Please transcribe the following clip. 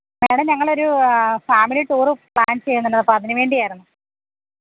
മേടം ഞങ്ങളൊരു family tour plan ചെയ്യുന്നുണ്ട് അപ്പോഴതിന് വേണ്ടിയായിരുന്നു